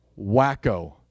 Wacko